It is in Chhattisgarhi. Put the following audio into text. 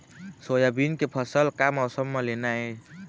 सोयाबीन के फसल का मौसम म लेना ये?